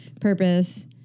purpose